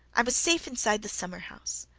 i was safe inside the summer-house.